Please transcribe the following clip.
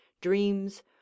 dreams